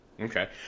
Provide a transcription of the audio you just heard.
Okay